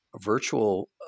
virtual